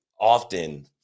often